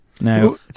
now